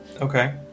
Okay